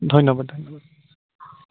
ধন্যবাদ ধন্যবাদ